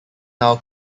now